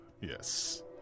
Yes